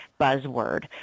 buzzword